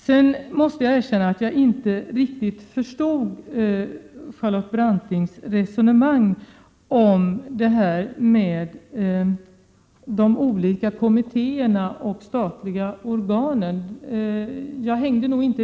Jag måste sedan erkänna att jag inte riktigt förstod Charlotte Brantings resonemang om olika kommittéer och statliga organ.